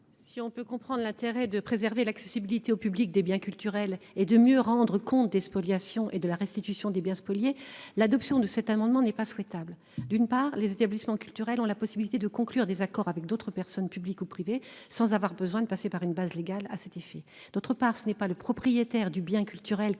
Si on peut comprendre l'intérêt de préserver l'accessibilité au public des biens culturels et de mieux rendre compte des spoliations et de la restitution des biens spoliés. L'adoption de cet amendement n'est pas souhaitable d'une part les établissements culturels ont la possibilité de conclure des accords avec d'autres personnes publiques ou privées sans avoir besoin de passer par une base légale à cet effet. D'autre part, ce n'est pas le propriétaire du bien culturel